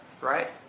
Right